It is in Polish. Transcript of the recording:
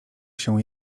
się